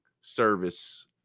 service